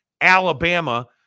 Alabama